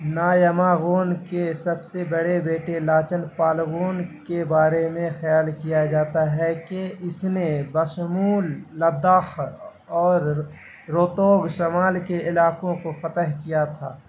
نایماگون کے سب سے بڑے بیٹے لاچن پالگون کے بارے میں خیال کیا جاتا ہے کہ اس نے بشمول لداخ اور روتوگ شمال کے علاقوں کو فتح کیا تھا